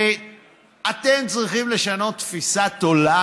אתם צריכים לשנות תפיסת עולם,